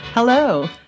Hello